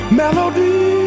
melody